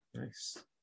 Nice